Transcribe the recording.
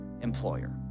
employer